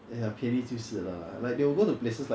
那种感觉 lah and the thing is for them